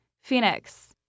Phoenix